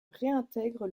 réintègre